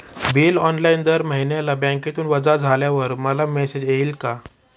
Bill online दर महिन्याला बँकेतून वजा झाल्यावर मला मेसेज येईल का?